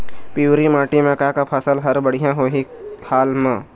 पिवरी माटी म का का फसल हर बढ़िया होही हाल मा?